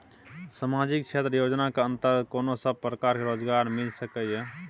सामाजिक क्षेत्र योजना के अंतर्गत कोन सब प्रकार के रोजगार मिल सके ये?